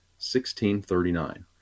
1639